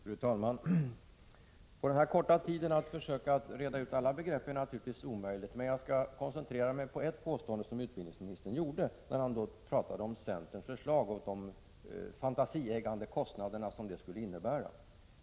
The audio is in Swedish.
Fru talman! Att på den här korta tiden försöka reda ut alla begrepp är naturligtvis omöjligt. Jag skall koncentrera mig på ett påstående som utbildningsministern gjorde då han talade om centerns förslag och de fantasieggande kostnader de skulle innebära.